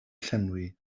llenwi